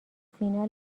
فینال